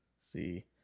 See